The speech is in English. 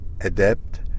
adapt